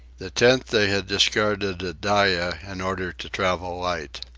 the tent they had discarded at dyea in order to travel light.